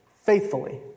faithfully